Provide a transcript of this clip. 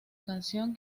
canción